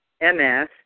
MS